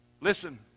Listen